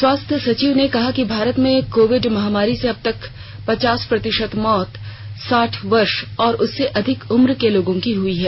स्वास्थ्य सचिव ने कहा कि भारत में कोविड महामारी से करीब पचास प्रतिशत मौत साठ वर्ष और उससे अधिक उम्र के लोगों की हई है